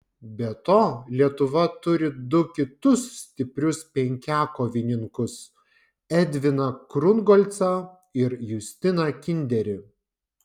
be to lietuva turi du kitus stiprius penkiakovininkus edviną krungolcą ir justiną kinderį